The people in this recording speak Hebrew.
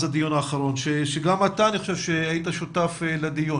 האחרון, שגם אתה, אני חושב, היית שותף לו.